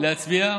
להצביע.